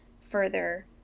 further